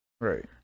Right